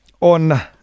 on